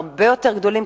הרבה יותר גדולים,